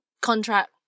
contract